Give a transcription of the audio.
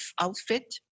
outfit